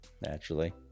naturally